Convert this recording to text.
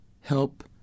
help